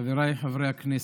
חבריי חברי הכנסת,